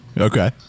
okay